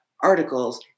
articles